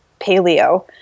paleo